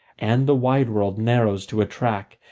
and the wide world narrows to a track,